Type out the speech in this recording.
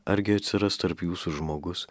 argi atsiras tarp jūsų žmogus